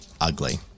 Ugly